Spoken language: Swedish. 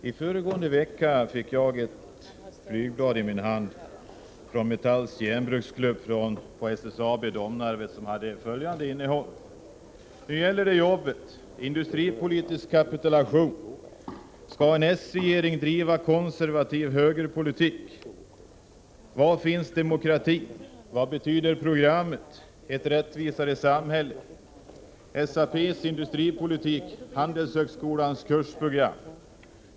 Fru talman! Föregående vecka fick jag i min hand ett flygblad från Metalls Järnbruksklubb på SSAB Domnarvet. Det hade följande innehåll: ”NU GÄLLER DET JOBBET - Industripolitisk kapitulation. Ska en S-regering driva konservativ högerpolitik? Var finns demokratin? Vad betyder programmet: Ett rättvisare samhälle? SAP:s industripolitik = Handelshögskolans kursprogram.